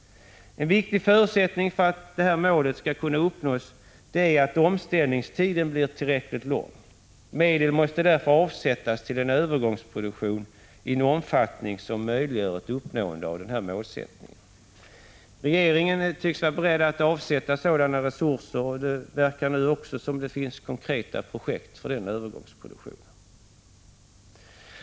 En viktig förutsättning för att detta mål skall kunna uppnås är att omställningstiden blir tillräckligt lång. Medel måste därför avsättas till en övergångsproduktion i en omfattning som möjliggör ett uppnående av denna målsättning. Regeringen tycks vara beredd att avsätta sådana resurser. Det verkar också som om det nu finns konkreta projekt för denna övergångsproduktion.